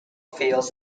feels